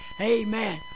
Amen